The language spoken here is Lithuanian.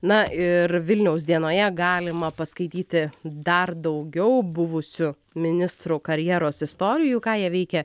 na ir vilniaus dienoje galima paskaityti dar daugiau buvusių ministrų karjeros istorijų ką jie veikia